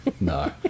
no